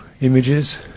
images